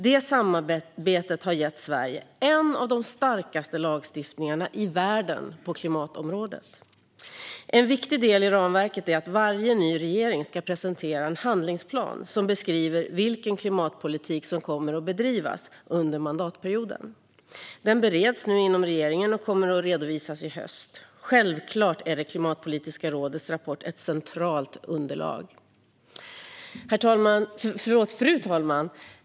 Det samarbetet har gett Sverige en av de starkaste lagstiftningarna i världen på klimatområdet. En viktig del i ramverket är att varje ny regering ska presentera en handlingsplan som beskriver vilken klimatpolitik som kommer att bedrivas under mandatperioden. Den bereds nu inom regeringen och kommer att redovisas i höst. Självklart är Klimatpolitiska rådets rapport ett centralt underlag. Fru talman!